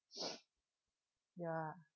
ya